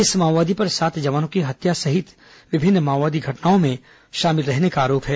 इस माओवादी पर सात जवानों की हत्या सहित विभिन्न माओवादी घटनाओं में शामिल रहने का आरोप है